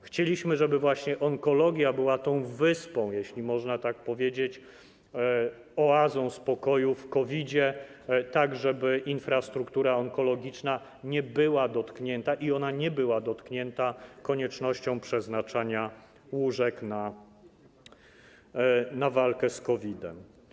Chcieliśmy, żeby właśnie onkologia była tą wyspą, jeśli można tak powiedzieć, oazą spokoju w COVID, żeby infrastruktura onkologiczna nie była dotknięta, i ona nie była dotknięta, koniecznością przeznaczania łóżek na walkę z COVID-em.